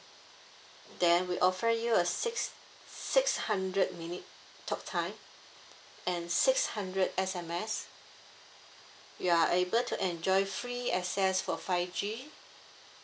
then we offer you a six six hundred minute talk time and six hundred S_M_S you are able to enjoy free access for five G